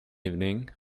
evening